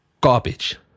garbage